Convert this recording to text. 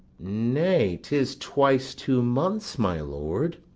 nay, tis twice two months, my lord.